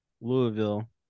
Louisville